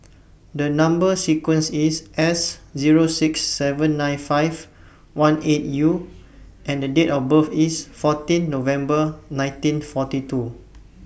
The Number sequence IS S Zero six seven nine five one eight U and The Date of birth IS fourteen November nineteen forty two